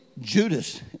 Judas